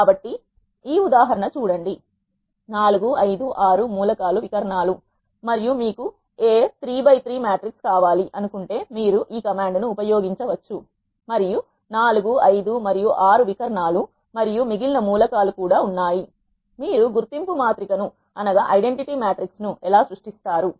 కాబట్టి ఈ ఉదాహరణ చూడండి 456 మూలకాలు వికర్ణాలు మరియు మీకు A 33 మ్యాట్రిక్స్ కావాలి అను కుంటే మీరు ఈ కమాండ్ ను ఉపయోగించవచ్చు మరియు 45 మరియు 6 వికర్ణాలు మరియు మిగిలిన మూలకాలు కూడా ఉన్నాయి మీరు గుర్తింపు మాతృ కను ఎలా సృష్టిస్తారు